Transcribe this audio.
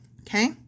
Okay